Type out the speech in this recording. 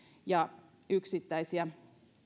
ja yksittäisiä